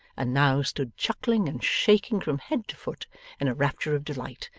and now stood chuckling and shaking from head to foot in a rapture of delight,